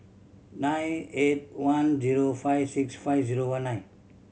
nine eight one zero five six five zero one nine